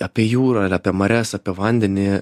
apie jūrą ir apie marias apie vandenį